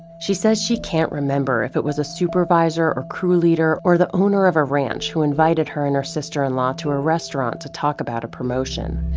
she says she can't remember if it was a supervisor or crew leader or the owner of a ranch who invited her and her sister in-law to a restaurant to talk about a promotion.